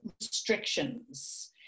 restrictions